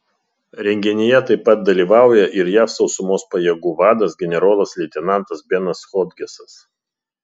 renginyje taip pat dalyvauja ir jav sausumos pajėgų vadas generolas leitenantas benas hodgesas